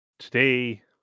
today